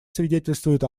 свидетельствует